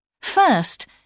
First